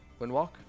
Windwalk